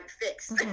fix